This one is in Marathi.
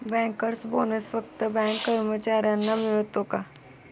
बँकर्स बोनस फक्त बँक कर्मचाऱ्यांनाच मिळतो का?